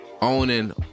owning